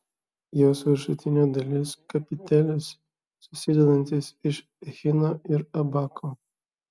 jos viršutinė dalis kapitelis susidedantis iš echino ir abako